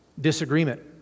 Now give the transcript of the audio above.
disagreement